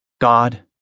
God